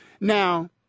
Now